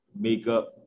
makeup